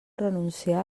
renunciar